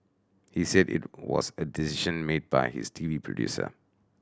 he said it was a decision made by his T V producer